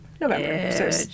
November